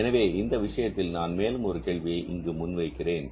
எனவே இந்த விஷயத்தில் நான் மேலும் ஒரு கேள்வியை இங்கு முன்வைக்கிறேன்